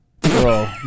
Bro